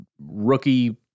rookie